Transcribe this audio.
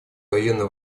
военно